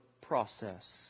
process